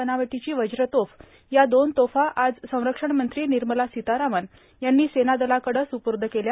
बनावटीची वज्र तोफ या दोन तोफा आज संरक्षण मंत्री निर्मला सीतारामन यांनी सेनादलाकडे सुपूर्द केल्या